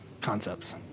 concepts